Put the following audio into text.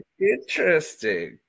Interesting